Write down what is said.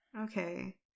Okay